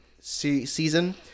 season